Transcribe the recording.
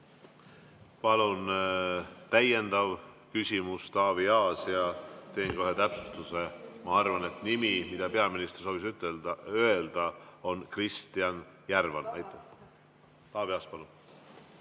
Palun täiendav küsimus, Taavi Aas! Ja teen ka ühe täpsustuse. Ma arvan, et nimi, mille peaminister soovis öelda, on Kristjan Järvan. Taavi Aas, palun!